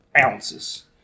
ounces